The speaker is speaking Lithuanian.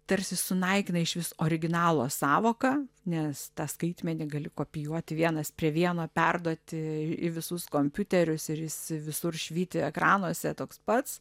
tarsi sunaikina išvis originalo sąvoka nes tą skaitmenį gali kopijuoti vienas prie vieno perduoti į visus kompiuterius ir jis visur švyti ekranuose toks pats